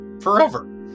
forever